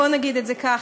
בואו נגיד את זה ככה.